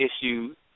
issues